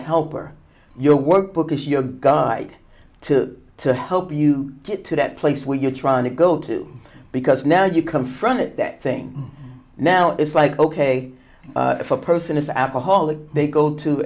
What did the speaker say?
helper your workbook is your guide to to help you get to that place where you're trying to go to because now you confront that thing now it's like ok if a person is alcoholic they go to